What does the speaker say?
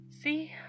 See